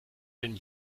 denn